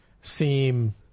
seem